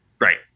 Right